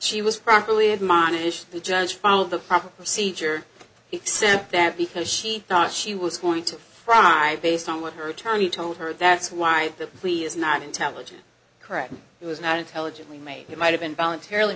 she was properly admonished the judge fall the proper procedure except that because she thought she was going to fry based on what her attorney told her that's why the plea is not intelligent correct it was not intelligent we made it might have been voluntarily